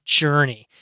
journey